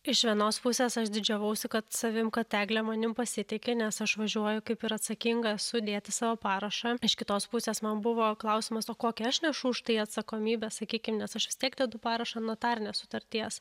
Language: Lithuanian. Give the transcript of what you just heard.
iš vienos pusės aš didžiavausi kad savimi kad eglė manim pasitiki nes aš važiuoju kaip ir atsakinga sudėti savo parašą iš kitos pusės man buvo klausimas o kokį aš nešu už tai atsakomybę sakykim nes aš vis tiek dedu parašą ant notarinės sutarties